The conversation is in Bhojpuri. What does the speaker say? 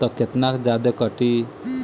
त केतना जादे कटी?